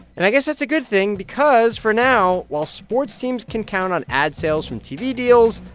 and i guess that's a good thing because, for now, while sports teams can count on ad sales from tv deals,